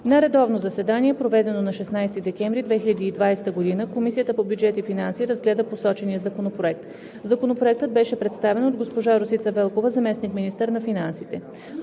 На редовно заседание, проведено на 16 декември 2020 г., Комисията по бюджет и финанси разгледа посочения законопроект. Законопроектът беше представен от госпожа Росица Велкова – заместник-министър на финансите.